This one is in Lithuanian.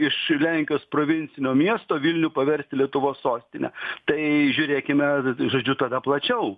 iš lenkijos provincinio miesto vilnių paversti lietuvos sostine tai žiūrėkime žodžiu tada plačiau